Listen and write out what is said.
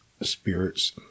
spirits